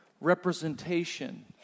representation